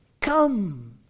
Come